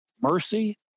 mercy